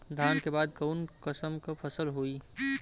धान के बाद कऊन कसमक फसल होई?